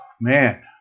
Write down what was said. man